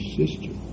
sister